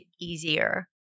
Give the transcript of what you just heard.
easier